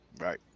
Right